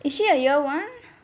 is she a year one